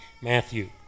Matthew